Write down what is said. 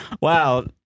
Wow